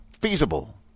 feasible